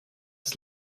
ist